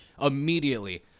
Immediately